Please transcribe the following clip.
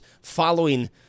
following